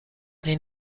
این